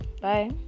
Bye